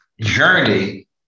journey